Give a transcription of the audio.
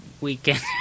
Weekend